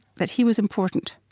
that he was important.